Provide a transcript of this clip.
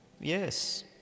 yes